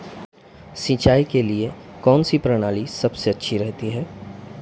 सिंचाई के लिए कौनसी प्रणाली सबसे अच्छी रहती है?